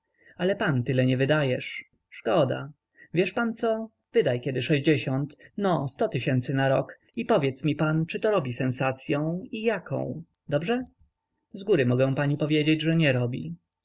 ale pan tyle nie wydajesz szkoda wiesz pan co wydaj kiedy sześćdziesiąt no sto tysięcy na rok i powiedz mi pan czy to robi sensacyą i jaką dobrze zgóry mogę pani powiedzieć że nie robi